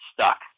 stuck